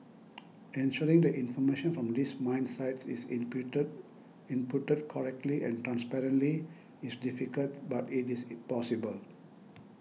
ensuring that information from these mine sites is in prater inputted correctly and transparently is difficult but it is possible